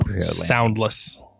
soundless